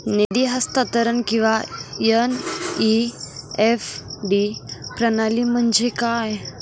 निधी हस्तांतरण किंवा एन.ई.एफ.टी प्रणाली म्हणजे काय?